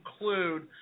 include